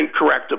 correctable